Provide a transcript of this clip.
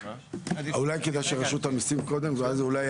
אולי כדאי שרשות המיסים תסביר את זה.